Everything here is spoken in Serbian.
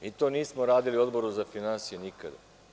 Mi to nismo radili Odboru za finansije nikada.